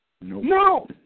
No